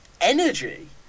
energy